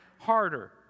harder